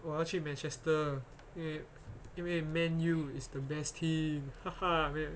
我要去 manchester 因为因为 man U is the best team